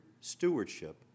stewardship